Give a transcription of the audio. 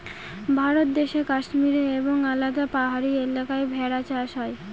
ভারত দেশে কাশ্মীরে এবং আলাদা পাহাড়ি এলাকায় ভেড়া চাষ হয়